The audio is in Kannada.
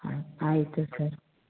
ಹಾಂ ಆಯಿತು ಸರ್